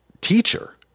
teacher